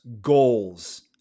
goals